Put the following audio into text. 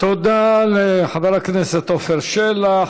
תודה לחבר הכנסת עפר שלח.